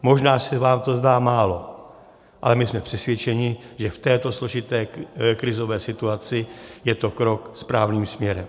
Možná se vám to zdá málo, ale my jsme přesvědčeni, že v této složité krizové situaci je to krok správným směrem.